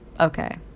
okay